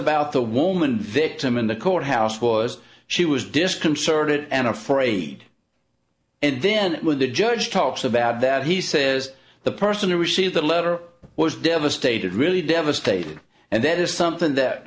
about the woman victim in the courthouse was she was disconcerted and afraid and then when the judge talks about that he says the person who received the letter was devastated really devastated and that is something